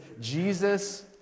Jesus